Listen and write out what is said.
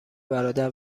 برادر